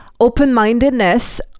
open-mindedness